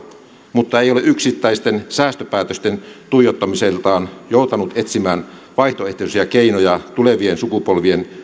mutta ei ole yksittäisten säästöpäätösten tuijottamiseltaan joutanut etsimään vaihtoehtoisia keinoja tulevien sukupolvien